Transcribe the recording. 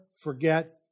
forget